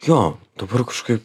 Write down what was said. jo dabar kažkaip